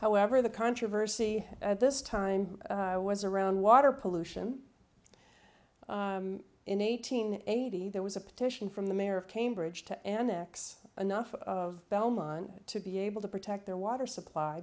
however the controversy at this time was around water pollution in eighteen eighty there was a petition from the mayor of cambridge to annex enough of belmont to be able to protect their water supply